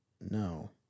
No